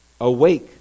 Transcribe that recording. Awake